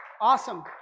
awesome